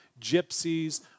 gypsies